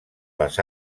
les